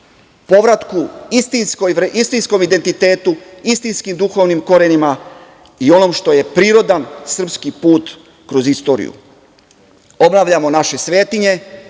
povratku istinskom identitetu, istinskim duhovnim korenima i onome što je prirodan srpski put kroz istoriju. Obavljamo naše svetinje,